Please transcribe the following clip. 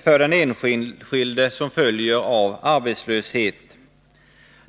för den enskilde som följer av arbetslöshet.